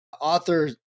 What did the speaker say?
author